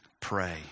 pray